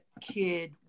kid